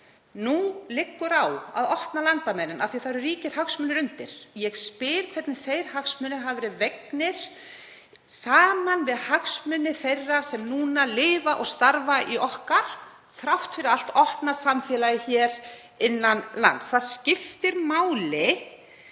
Nú liggur fyrir að opna á landamærin af því að ríkir hagsmunir eru undir. Ég spyr hvernig þeir hagsmunir hafi verið vegnir og bornir saman við hagsmuni þeirra sem núna lifa og starfa í okkar, þrátt fyrir allt, opna samfélagi hér innan lands. Það skiptir máli,